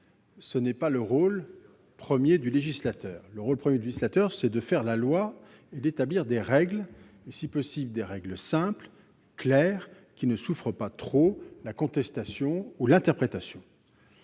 ce n'est pas le rôle premier du législateur. Son rôle premier est de faire la loi, d'établir des règles, si possible simples, claires, qui ne souffrent pas trop la contestation ou l'interprétation.